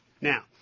Now